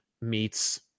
meets